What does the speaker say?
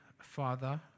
father